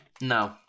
No